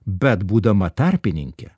bet būdama tarpininke